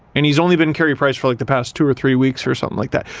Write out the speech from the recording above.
and he's only been carey price for like the past two or three weeks or something like that,